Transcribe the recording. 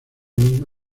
misma